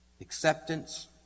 acceptance